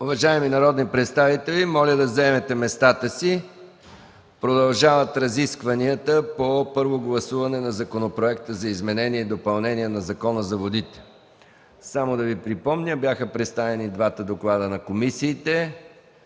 Уважаеми народни представители, моля да заемете местата си. Продължаваме разискванията си по Първо четене на Законопроекта за изменение и допълнение на Закона за водите. Само да Ви припомня. Бяха представени двата доклада на комисиите,